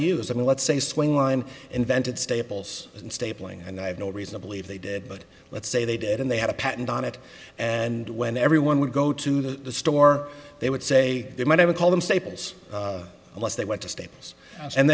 the let's say swing line invented staples and stapling and i have no reason to believe they did but let's say they did and they had a patent on it and when everyone would go to the store they would say they might even call them staples unless they went to staples and